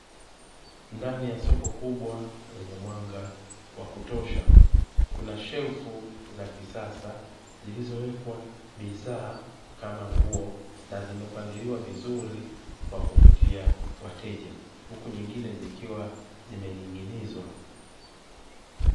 Ndani ya soko kubwa lenye mwanga wa kutosha, kuna shelfu za kisasa zilizowekwa bidhaa kama nguo na zimepangiliwa vizuri kwa kuvutia wateja, huku zingine zikiwa zimening’inizwa.